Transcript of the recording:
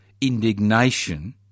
Indignation